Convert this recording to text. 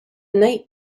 night